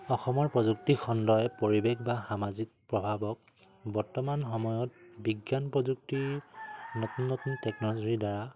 অসমৰ প্ৰযুক্তি খণ্ডই পৰিৱেশ বা সামাজিক প্ৰভাৱক বৰ্তমান সময়ত বিজ্ঞান প্ৰযুক্তিৰ নতুন নতুন টেকন'লজিৰ দ্বাৰা